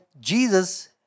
Jesus